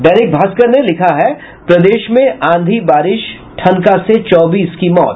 दैनिक भास्कर ने लिखा है प्रदेश में आंधी बारिश ठनका से चौबीस की मौत